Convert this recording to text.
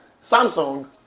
Samsung